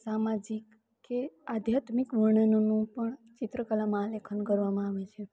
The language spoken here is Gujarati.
સામાજિક કે આધ્યાત્મિક વર્ણનોનું પણ ચિત્રકલામાં આલેખન કરવામાં આવે છે